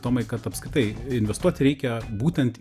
tomai kad apskritai investuoti reikia būtent